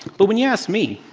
but when you ask me